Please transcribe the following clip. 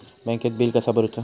बँकेत बिल कसा भरुचा?